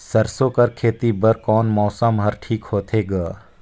सरसो कर खेती बर कोन मौसम हर ठीक होथे ग?